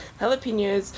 jalapenos